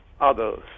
others